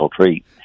treat